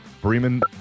Bremen